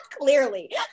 Clearly